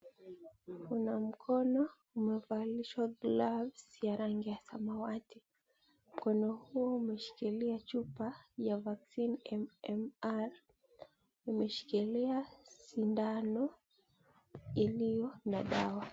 Kuna mkono umevalishwa blauzi ya rangi ya samawati mkono huu umeshikilia chupa ya Vaccine MMR, umeshikilia sindano iliyo na dawa.